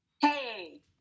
Hey